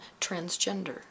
transgender